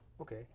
Okay